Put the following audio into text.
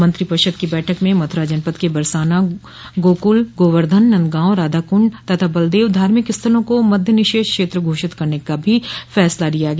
मंत्रिपरिषद की बैठक में मथुरा जनपद क बरसाना गोकुल गोवधन नन्दगांव राधाक्ण्ड तथा बलदेव धार्मिक स्थलों को मद्य निषेध क्षेत्र घोषित करने का भी फैसला लिया गया